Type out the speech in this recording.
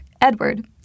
Edward